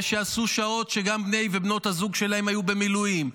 ושעשו שעות גם כשבני ובנות הזוג שלהם היו במילואים.